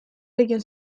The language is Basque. egin